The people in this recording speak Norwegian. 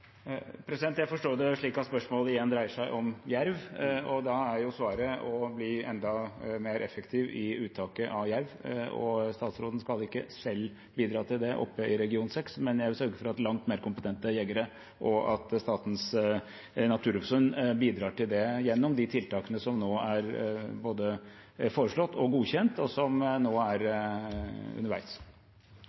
Jeg forstår det slik at spørsmålet igjen dreier seg om jerv, og da er svaret å bli enda mer effektiv i uttaket av jerv. Statsråden skal ikke selv bidra til det oppe i region 6, men jeg vil sørge for at langt mer kompetente jegere og Statens naturoppsyn bidrar til det gjennom de tiltakene som er både foreslått og godkjent, og som nå er underveis.